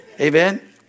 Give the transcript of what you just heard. Amen